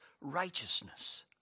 righteousness